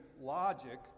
logic